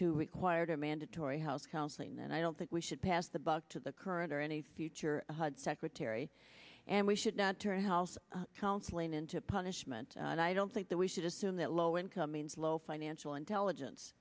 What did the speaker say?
to required mandatory house counseling then i don't think we should pass the buck to the current or any future secretary and we should not turn house counseling into punishment and i don't think that we should assume that low income means low financial intelligence